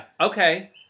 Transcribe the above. okay